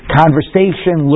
conversation